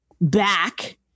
back